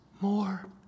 more